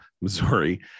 Missouri